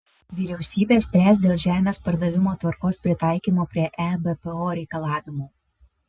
vyriausybė spręs dėl žemės pardavimo tvarkos pritaikymo prie ebpo reikalavimų